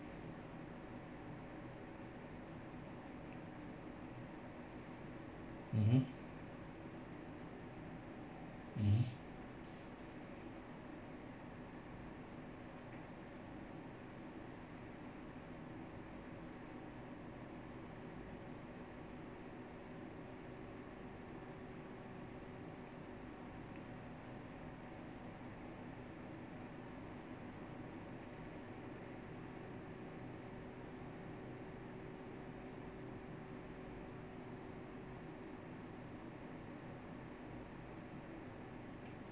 mmhmm mmhmm